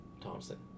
Thompson